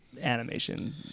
animation